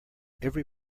every